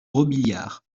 robiliard